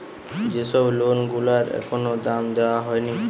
যে সব লোন গুলার এখনো দাম দেওয়া হয়নি